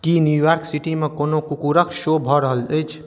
की New York सिटीमे कोनो कुकूरक शो भऽ रहल अछि